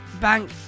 bank